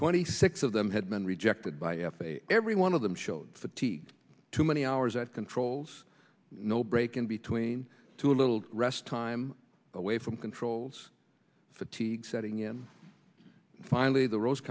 twenty six of them had been rejected by f a a every one of them showed fatigue too many hours that controls no break in between to a little rest time away from controls fatigue setting in finally the roa